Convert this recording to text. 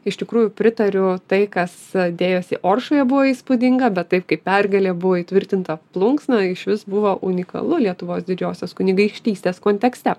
iš tikrųjų pritariu tai kas dėjosi oršoje buvo įspūdinga bet taip kaip pergalė buvo įtvirtinta plunksna išvis buvo unikalu lietuvos didžiosios kunigaikštystės kontekste